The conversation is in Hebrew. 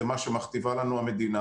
זה מה שמכתיבה לנו המדינה.